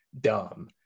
dumb